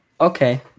Okay